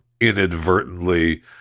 inadvertently